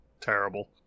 terrible